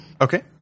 Okay